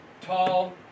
Tall